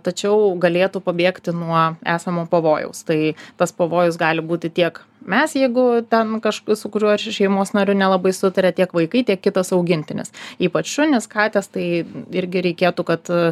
tačiau galėtų pabėgti nuo esamo pavojaus tai tas pavojus gali būti tiek mes jeigu ten kažk su kuriuo šeimos nariu nelabai sutaria tiek vaikai tiek kitas augintinis ypač šunys katės tai irgi reikėtų kad